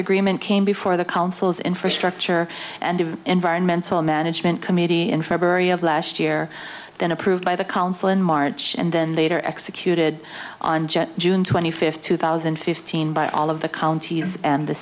agreement came before the council's infrastructure and of environmental management committee in february of last year then approved by the council in march and then later executed on june twenty fifth two thousand and fifteen by all of the counties and the